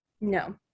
No